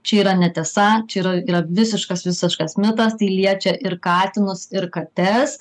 čia yra netiesa čia yra yra visiškas visiškas mitas tai liečia ir katinus ir kates